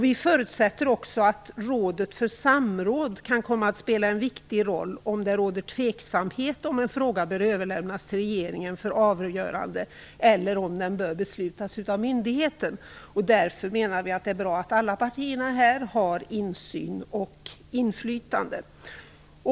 Vi förutsätter också att rådet för samråd kan komma att spela en viktig roll om det råder tveksamhet om en fråga bör överlämnas till regeringen för avgörande eller om den bör beslutas av myndigheten. Därför menar vi att det är bra att alla partierna här har insyn och inflytande.